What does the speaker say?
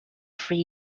free